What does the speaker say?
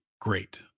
great